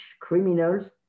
criminals